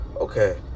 okay